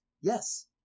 yes